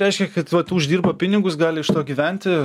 reiškia kad vat uždirba pinigus gali iš to gyventi